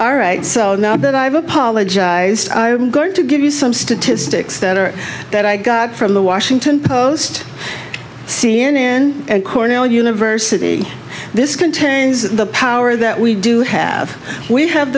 all right so now that i've apologized i'm going to give you some statistics that are that i got from the washington post c n n and cornell university this contains the power that we do have we have